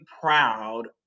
proud